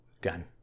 gun